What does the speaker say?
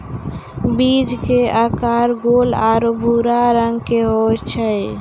बीज के आकार गोल आरो भूरा रंग के होय छै